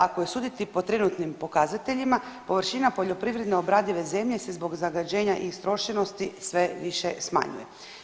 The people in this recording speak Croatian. Ako je suditi po trenutnim pokazateljima površina poljoprivredno obradive zemlje se zbog zagađenja i istrošenosti sve više smanjuje.